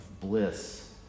bliss